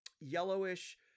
yellowish